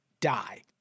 die